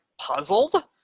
puzzled